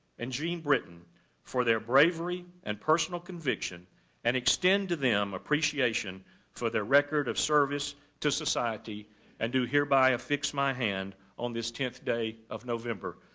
and gene britton for their bravery and personal conviction and extend to them appreciation for their record of service to society and do hereby affix my hand on this tenth day of november,